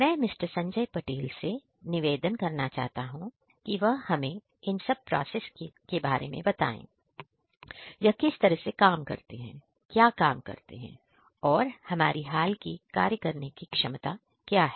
मैं मिस्टर संजय पटेल से निवेदन करना चाहता हूं कि वह हमें इन सब प्रोसेस इसके बारे में बताएं यह किस तरह से काम करते हैं क्या काम करते हैं और हमारी हाल की कार्य करने की क्षमता क्या है